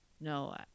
No